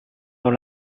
dans